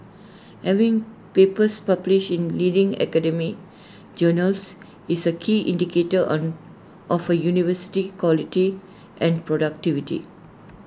having papers published in leading academic journals is A key indicator on of A university's quality and productivity